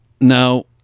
now